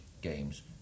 games